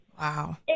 Wow